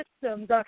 systems